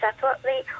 separately